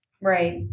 Right